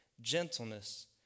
gentleness